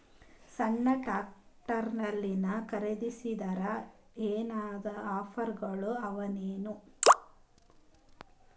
ಸಣ್ಣ ಟ್ರ್ಯಾಕ್ಟರ್ನಲ್ಲಿನ ಖರದಿಸಿದರ ಏನರ ಆಫರ್ ಗಳು ಅವಾಯೇನು?